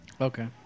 Okay